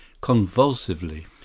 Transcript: convulsively